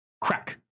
crack